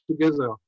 together